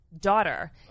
daughter